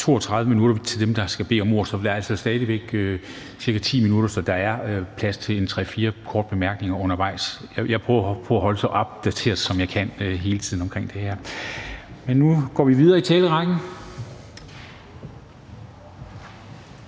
32 minutter til dem, der skal bede om ordet, så der er altså stadig væk ca. 10 minutter, så der er plads til tre-fire korte bemærkninger undervejs. Jeg prøver hele tiden at holde det så opdateret, som jeg kan, omkring det her. Men nu går vi videre i talerrækken